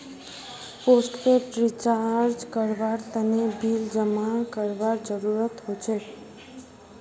postpaid recharge करवार तने bill जमा करवार जरूरत हछेक